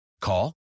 Call